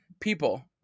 people